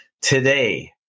today